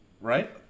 Right